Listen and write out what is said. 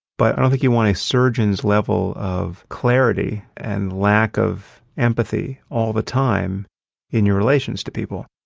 but i don't think you want a surgeon's level of clarity and lack of empathy all the time in your relations to people.